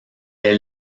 est